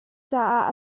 caah